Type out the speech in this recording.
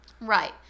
right